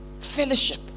Fellowship